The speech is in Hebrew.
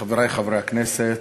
חברי חברי הכנסת,